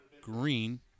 Green